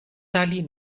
tali